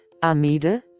amide